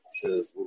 says